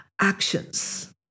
actions